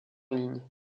ligne